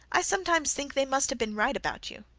i sometimes think they must have been right about you.